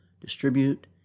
distribute